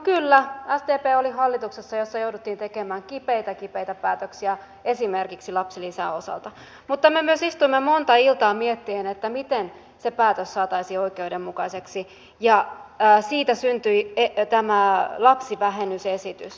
kyllä sdp oli hallituksessa jossa jouduttiin tekemään kipeitä kipeitä päätöksiä esimerkiksi lapsilisän osalta mutta me myös istuimme monta iltaa miettien sitä miten se päätös saataisiin oikeudenmukaiseksi ja siitä syntyi tämä lapsivähennysesitys